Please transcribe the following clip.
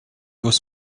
was